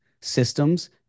systems